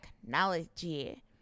technology